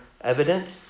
evident